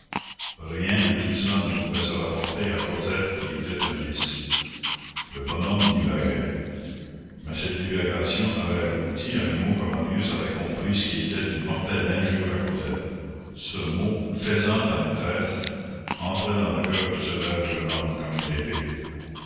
rien de tout cela ne pouvait se rapporter à cosette qui était un lys le bonhomme divaguait mais cette divagation avait abouti à un mot que marius avait compris et qui était une mortelle injure à cosette ce mot fais-en ta maîtresse entra dans le coeur du sévère jeune homme comme une épée